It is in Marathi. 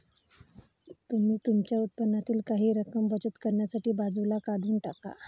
तुम्ही तुमच्या उत्पन्नातील काही रक्कम बचत करण्यासाठी बाजूला काढून टाका